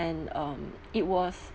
and um it was